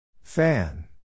Fan